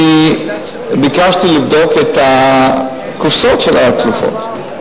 אני ביקשתי לבדוק את הקופסאות של התרופות.